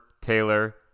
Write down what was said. Taylor